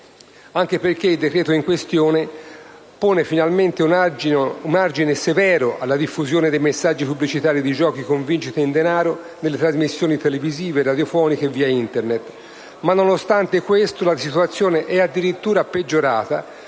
anche perché il provvedimento in questione pone finalmente un argine severo alla diffusione dei messaggi pubblicitari di giochi con vincite in denaro nelle trasmissioni televisive, radiofoniche e via Internet*.* Nonostante questo, però, la situazione è addirittura peggiorata,